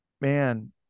man